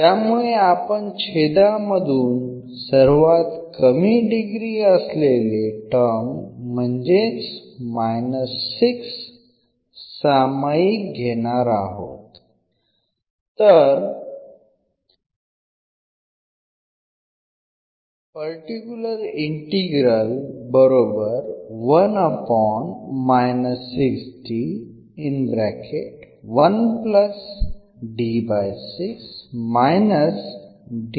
त्यामुळे आपण छेदामधून सर्वात कमी डिग्री असलेले टर्म म्हणजे 6 सामायिक घेणार आहोत